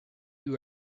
you